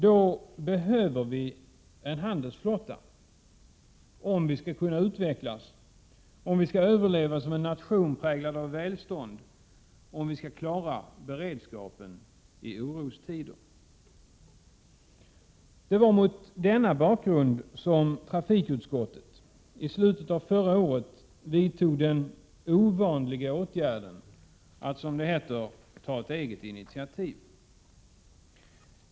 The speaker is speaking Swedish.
Då behöver vi en handelsflotta, om vi skall kunna utvecklas, om Sverige skall överleva som en nation präglad av välstånd och om vi skall klara beredskapen i orostider. Det var mot denna bakgrund som trafikutskottet i slutet av förra året vidtog den ovanliga åtgärden att, som det heter, ta ett eget initiativ.